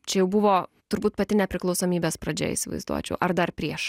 čia jau buvo turbūt pati nepriklausomybės pradžia įsivaizduočiau ar dar prieš